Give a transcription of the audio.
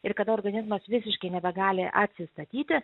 ir kada organizmas visiškai nebegali atsistatyti